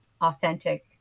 authentic